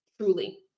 truly